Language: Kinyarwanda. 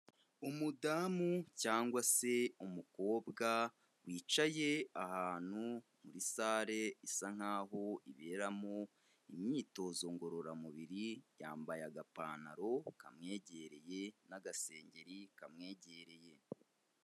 Umudamu cyangwa se umukobwa wicaye ahantu muri sale isa nkaho iberamo imyitozo ngororamubiri, yambaye agapantaro kamwegereye n'agasengeri kamwegereye.